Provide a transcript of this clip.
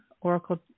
oracle